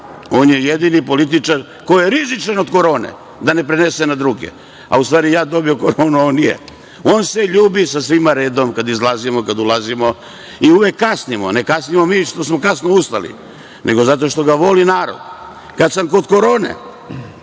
on je jedini političar koji je rizičan od korone, da ne prenese na druge, a u stvari sam ja dobio koronu a on nije. On se ljubi sa svima redom kad izlazimo, kad ulazimo, i uvek kasnimo. Ne kasnimo mi što smo kasno ustali, nego zato što ga voli narod. Kad sam kod korone,